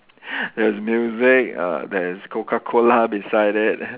there's music uh there is Coca-Cola beside it